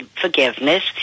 forgiveness